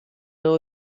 nhw